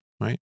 Right